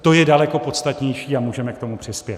To je daleko podstatnější a můžeme k tomu přispět.